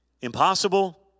Impossible